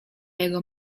jego